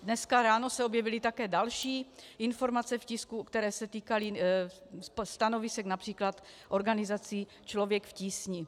Dnes ráno se objevily také další informace v tisku, které se týkaly stanovisek například organizace Člověk v tísni.